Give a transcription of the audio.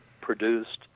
produced